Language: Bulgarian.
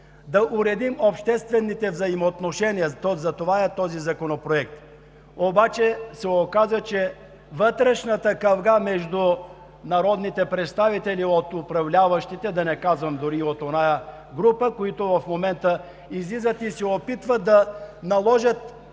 да уредим обществените взаимоотношения. Затова е този законопроект. Обаче се оказа, че вътрешната кавга между народните представители от управляващите, да не казвам дори и от онази група, която в момента излиза и се опитва да наложи